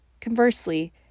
Conversely